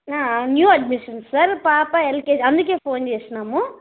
new admission sir పాప LKG అందుకే phone చేసాము